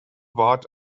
ward